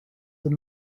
this